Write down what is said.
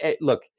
look